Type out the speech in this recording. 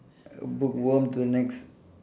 a bookworm to the next